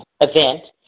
event